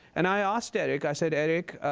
and i asked eric i said, eric,